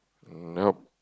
nope